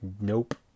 Nope